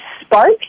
sparked